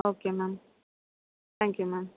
okay ma'am thank you ma'am